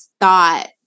thought